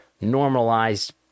normalized